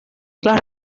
las